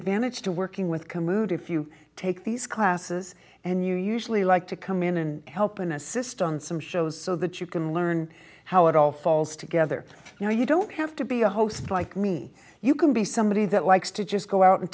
advantage to working with community if you take these classes and you usually like to come in and help and assist on some shows so that you can learn how it all falls together you know you don't have to be a host like me you can be somebody that likes to just go out and